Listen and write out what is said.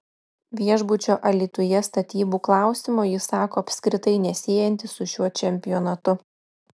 viešbučio alytuje statybų klausimo jis sako apskritai nesiejantis su šiuo čempionatu